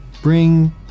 bring